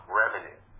revenue